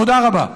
תודה רבה.